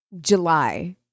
July